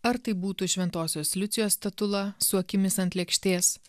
ar tai būtų šventosios liucijos statula su akimis ant lėkštės